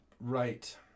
Right